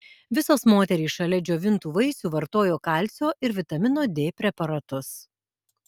visos moterys šalia džiovintų vaisių vartojo kalcio ir vitamino d preparatus